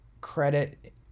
credit